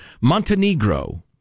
Montenegro